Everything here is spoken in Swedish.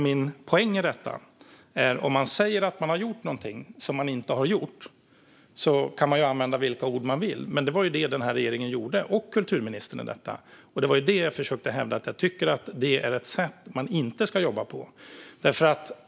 Min poäng är att man säger att man har gjort något som man inte har gjort. Man kan använda vilka ord man vill, men det var det regeringen och kulturministern gjorde. Det jag försökte hävda är att man inte ska jobba på det sättet.